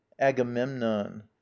agamemnon